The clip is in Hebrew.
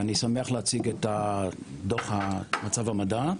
אני שמח להציג את דוח מצב המדע.